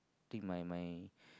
think my my